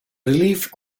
relief